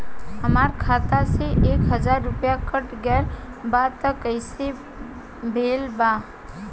हमार खाता से एक हजार रुपया कट गेल बा त कइसे भेल बा?